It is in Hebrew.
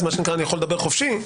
אז אני יכול לדבר חופשי.